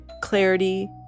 clarity